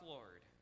Lord